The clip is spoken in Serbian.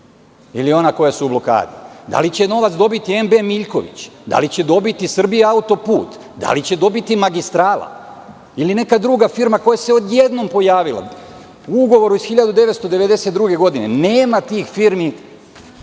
ili ona koja su u blokadi? Dal i će novac dobiti MB "Miljković"? Da li će dobiti "Srbija autoput"? Da li će dobiti magistrala, ili neka druga firma koja se odjednom pojavila u ugovoru iz 1992. godine. Nema tih firmi